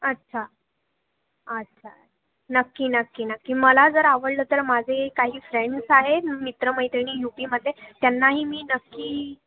अच्छा अच्छा नक्की नक्की नक्की मला जर आवडलं तर माझे काही फ्रेंड्स आहेत मित्रमैत्रिणी युपीमध्ये त्यांनाही मी नक्की